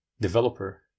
developer